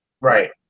Right